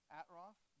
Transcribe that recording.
Atroth